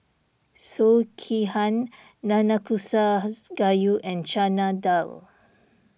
Sekihan Nanakusa Gayu and Chana Dal